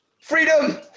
Freedom